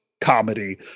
comedy